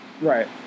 Right